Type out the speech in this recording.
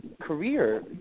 career